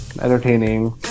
entertaining